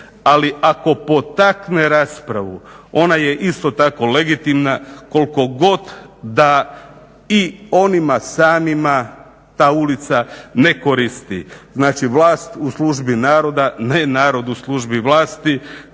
ali ako potakne raspravu ona je isto tako legitimna koliko god da i onima samima. Ta ulica ne koristi. Znači vlast u službi naroda, ne narod u službi vlasti.